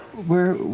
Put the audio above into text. where,